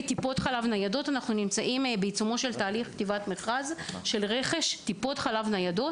אנחנו נמצאים בעיצומו של תהליך כתיבת מכרז של רכש טיפות חלב ניידות.